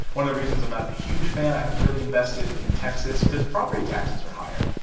one of the reasons i'm not a huge fan i haven't really invested in texas because property taxes are higher.